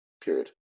period